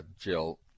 jill